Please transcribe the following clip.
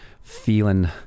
feeling